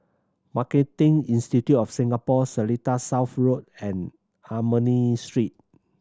Marketing Institute of Singapore Seletar South Road and Ernani Street